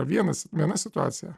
vienas viena situacija